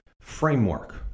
framework